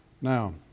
Now